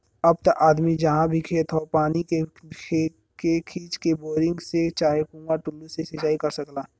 अब त आदमी जहाँ भी खेत हौ पानी के खींच के, बोरिंग से चाहे कुंआ टूल्लू से सिंचाई कर सकला